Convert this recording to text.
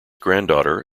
granddaughter